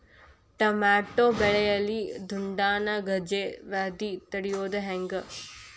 Tomato ಬೆಳೆಯಲ್ಲಿ ದುಂಡಾಣು ಗಜ್ಗಿ ವ್ಯಾಧಿ ತಡಿಯೊದ ಹೆಂಗ್?